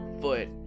foot